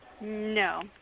No